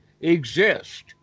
exist